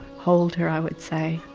hold her i would say,